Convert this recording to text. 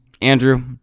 Andrew